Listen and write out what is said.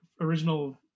original